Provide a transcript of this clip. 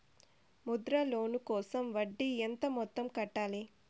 Mudra loan కోసం వడ్డీ ఎంత మొత్తం కట్టాలి